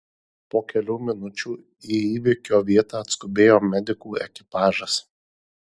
po kelių minučių į įvykio vietą atskubėjo medikų ekipažas